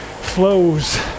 flows